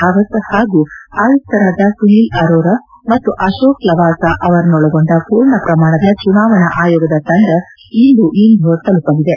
ರಾವತ್ ಹಾಗೂ ಆಯುಕ್ತರಾದ ಸುನೀಲ್ ಅರೋರಾ ಮತ್ತು ಅಶೋಕ್ ಲವಾಸ ಅವರನ್ನೊಳಗೊಂಡ ಪೂರ್ಣ ಪ್ರಮಾಣದ ಚುನಾವಣಾ ಆಯೋಗದ ತಂಡ ಇಂದು ಇಂಧೋರ್ ತಲುಪಲಿದೆ